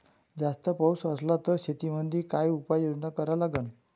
जास्त पाऊस असला त शेतीमंदी काय उपाययोजना करा लागन?